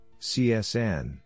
CSN